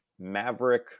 maverick